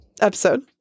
episode